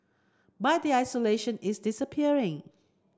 but the isolation is disappearing